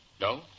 No